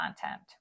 content